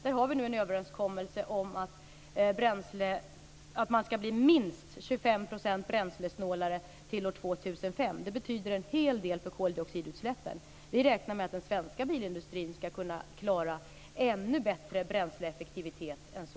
Där har vi nu en överenskommelse om att man skall bli minst 25 % bränslesnålare till år 2005. Det betyder en hel del för koldioxidutsläppen. Vi räknar med att den svenska bilindustrin skall kunna klara en ännu bättre bränsleeffektivitet än så.